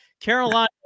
Carolina